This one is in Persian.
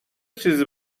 چیزی